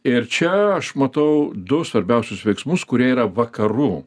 ir čia aš matau du svarbiausius veiksmus kurie yra vakarų